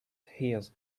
hears